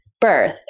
birth